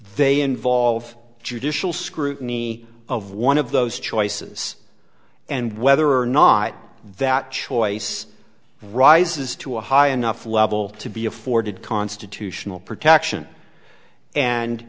they involve judicial scrutiny of one of those choices and whether or not that choice rises to a high enough level to be afforded constitutional protection and